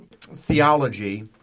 theology